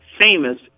famous